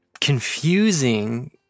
confusing